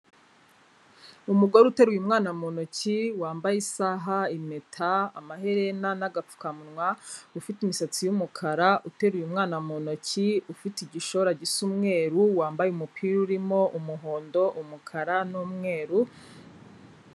Umugore uteruye umwana mu ntoki wambaye isaha, impeta, amaherena na gapfukamunwa ufite imisatsi y'umukara uteruye umwana mu ntoki, ufite igishora gisa umweruru, wambaye umupira urimo umuhondo, umukara n'umweru.